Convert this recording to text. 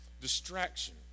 Distraction